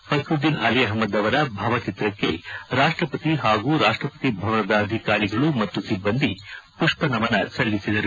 ಫಕುದ್ದೀನ್ ಆಲಿ ಅಹಮದ್ ಅವರ ಭಾವಚಿತ್ರಕ್ಕೆ ರಾಷ್ಟಪತಿ ಹಾಗೂ ರಾಷ್ಟಪತಿ ಭವನದ ಅಧಿಕಾರಿಗಳು ಮತ್ತು ಸಿಬ್ಲಂದಿ ಪುಷ್ವನಮನ ಸಲ್ಲಿಸಿದರು